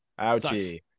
ouchie